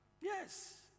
Yes